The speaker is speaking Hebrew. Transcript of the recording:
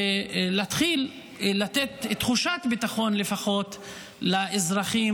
ולפחות ולהתחיל לתת תחושת ביטחון לאזרחים